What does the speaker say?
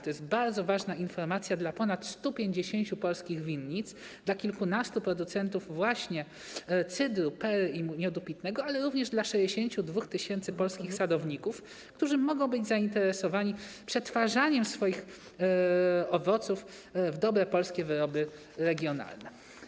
To jest bardzo ważna informacja dla ponad 150 polskich winnic, dla kilkunastu producentów cydru, perry i miodu pitnego, ale również dla 62 tys. polskich sadowników, którzy mogą być zainteresowani przetwarzaniem swoich owoców w dobre polskie wyroby regionalne.